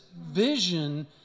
vision